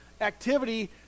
activity